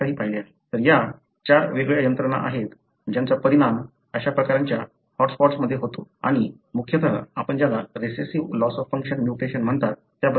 तर या चार वेगळ्या यंत्रणा आहेत ज्यांचा परिणाम अशा प्रकारच्या हॉट स्पॉट्समध्ये होतो आणि आणि मुख्यतः आपण ज्याला recessive loss of function mutation म्हणतात त्याबद्दल चर्चा केली